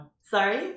sorry